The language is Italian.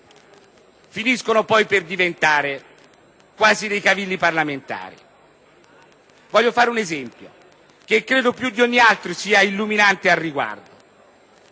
finiscono per diventare quasi dei cavilli parlamentari. Cito un esempio che credo più di ogni altro sia illuminante al riguardo.